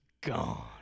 gone